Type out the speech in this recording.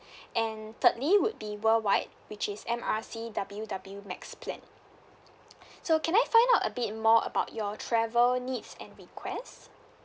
and thirdly would be worldwide which is M R C W W max plan so can I find out a bit more about your travel needs and request